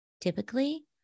Typically